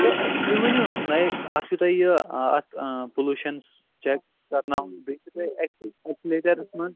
تہٕ تُہۍ ؤنِو مےٚ اَکھ چھُ تۄہہِ یہِ اَتھ پُلوٗشَن چیک کَرناوُن بیٚیہِ چھُو تۅہہِ اٮ۪کسِلیٹرس منٛز